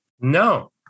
No